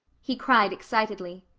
he cried excitedly,